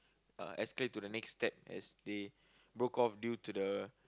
escalate to the next step as they broke off due to the